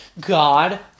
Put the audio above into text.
God